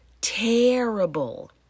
terrible